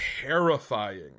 terrifying